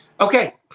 Okay